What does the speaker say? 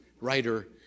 writer